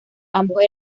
ambos